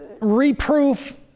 reproof